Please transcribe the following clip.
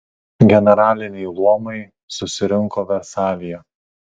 generaliniai luomai susirinko versalyje